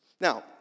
Now